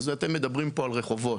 אז אתם מדברים פה על רחובות,